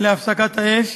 להפסקת האש,